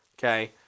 Okay